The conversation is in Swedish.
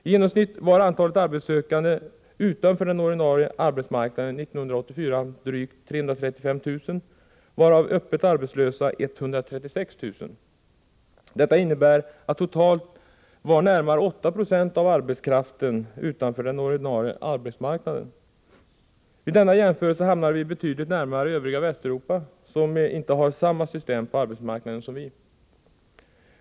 I genomsnitt var antalet arbetssökande utanför den ordinarie arbetsmarknaden 1984 drygt 335 000, varav öppet arbetslösa 136 000. Detta innebär att totalt närmare 8 96 av arbetskraften stod utanför den ordinarie arbetsmarknaden. I denna jämförelse hamnar vi betydligt närmare det övriga Västeuropa, där man inte har samma system på arbetsmarknaden som vi.